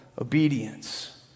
obedience